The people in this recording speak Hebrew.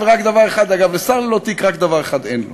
ורק דבר אחד, אגב, שר ללא תיק, רק דבר אחד אין לו: